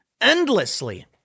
endlessly